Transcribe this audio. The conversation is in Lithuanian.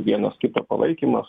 vienas kito palaikymas